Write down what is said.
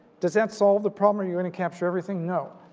does that solve the problem or are you gonna capture everything? no,